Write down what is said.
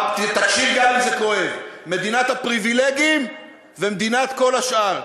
תקשיב גם אם זה כואב: מדינת הפריבילגים ומדינת כל השאר.